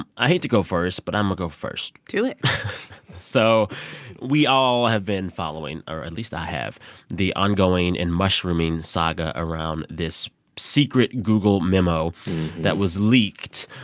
i hate to go first, but i'm going ah go first do it so we all have been following or at least i have the ongoing and mushrooming saga around this secret google memo that was leaked.